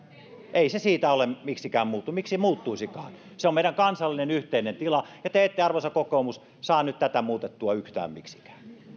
ei se siitä ole miksikään muuttunut miksi muuttuisikaan se on meidän kansallinen yhteinen tila ja te ette arvoisa kokoomus saa nyt tätä muutettua yhtään miksikään